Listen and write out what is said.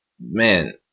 Man